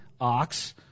ox